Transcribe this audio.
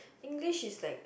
English is like